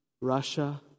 Russia